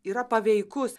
yra paveikus